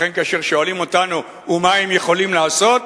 לכן, כאשר שואלים אותנו: ומה הם יכולים לעשות?